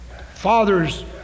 fathers